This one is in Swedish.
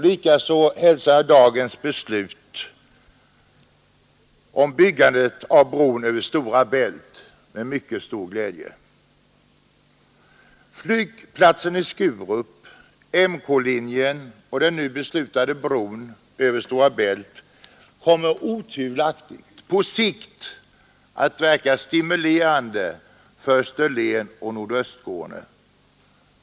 Likaså hälsar jag dagens beslut om byggandet av bron över Stora Bält med mycket stor glädje Flygplatsen i Sturup, Malmö-Köpenhamnlinjen och den nu beslutade bron över Stora Bält kommer otvivelaktigt på sikt att verka stimulerande för Österlen och Nordöstskåne.